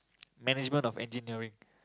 management of engineering